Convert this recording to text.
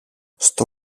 στο